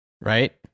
right